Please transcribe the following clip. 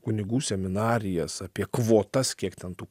kunigų seminarijas apie kvotas kiek ten tų